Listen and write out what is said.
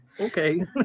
Okay